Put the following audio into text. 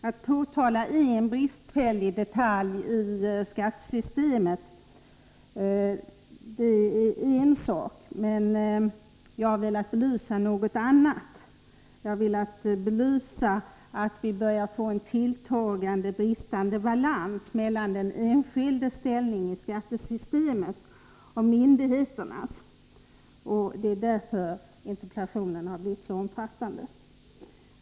Att påtala en bristfällig detalj i skattesystemet är en sak, men jag har velat belysa något annat, nämligen den tilltagande obalansen mellan den enskildes ställning i skattesystemet och myndigheterna. Det är därför som interpellationen har blivit så omfattande.